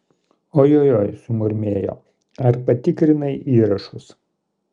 ojojoi sumurmėjo ar patikrinai įrašus